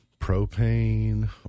propane